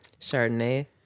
Chardonnay